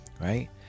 right